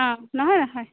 অঁ নহয় নহয়